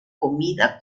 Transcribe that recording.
comida